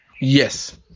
Yes